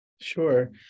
Sure